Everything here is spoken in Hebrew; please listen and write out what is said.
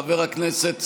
חבר הכנסת סעדי,